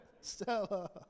Stella